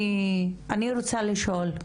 אני רוצה לשאול: